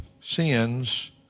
sins